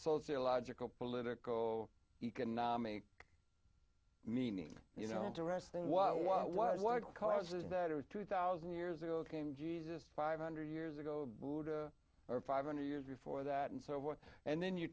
sociological political economic meaning you know interestingly what what what what causes that it was two thousand years ago came jesus five hundred years ago or five hundred years before that and so what and then you